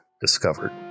discovered